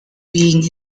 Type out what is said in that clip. being